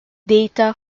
data